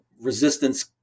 resistance